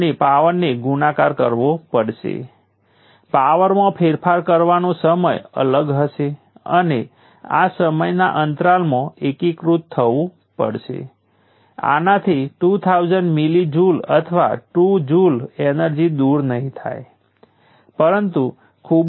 એક રઝિસ્ટર જેની લાક્ષણિકતાઓ હંમેશા માત્ર પ્રથમ અને ત્રીજા ક્વોડ્રન્ટમાં હોય છે તે હંમેશા પાવરનું અવલોકન કરશે એટલેકે હું પોઝિટિવ રઝિસ્ટન્સને ધ્યાનમાં લઈ રહ્યો છું